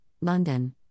London